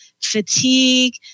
fatigue